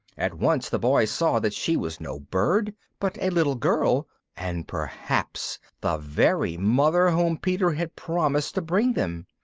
at once the boys saw that she was no bird, but a little girl, and perhaps the very mother whom peter had promised to bring them.